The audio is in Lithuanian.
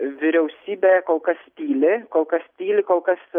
vyriausybė kol kas tyli kol kas tyli kol kas